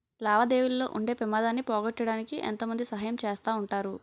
లావాదేవీల్లో ఉండే పెమాదాన్ని పోగొట్టడానికి ఎంతో మంది సహాయం చేస్తా ఉంటారు